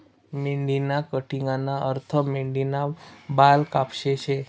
मेंढीनी कटिंगना अर्थ मेंढीना बाल कापाशे शे